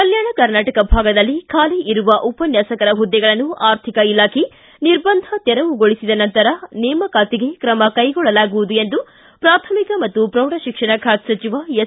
ಕಲ್ಮಾಣ ಕರ್ನಾಟಕ ಭಾಗದಲ್ಲಿ ಖಾಲಿ ಇರುವ ಉಪನ್ಮಾಸಕರ ಹುದ್ದೆಗಳನ್ನು ಆರ್ಥಿಕ ಇಲಾಖೆ ನಿರ್ಬಂಧ ತೆರವುಗೊಳಿಸಿದ ನಂತರ ನೇಮಕಾತಿಗೆ ಕ್ರಮ ಕೈಗೊಳ್ಳಲಾಗುವುದು ಎಂದು ಪ್ರಾಥಮಿಕ ಮತ್ತು ಪ್ರೌಢಶಿಕ್ಷಣ ಖಾತೆ ಸಚಿವ ಎಸ್